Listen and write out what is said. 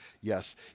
Yes